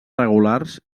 regulars